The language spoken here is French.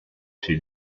chez